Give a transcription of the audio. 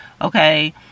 Okay